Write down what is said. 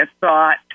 thought